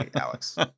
Alex